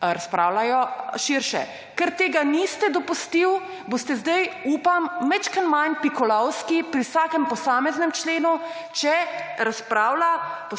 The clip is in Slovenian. razpravljajo širše. Ker tega niste dopustil boste zdaj, upam, malo manj pikolovski pri vsakem posameznem členu, če razpravlja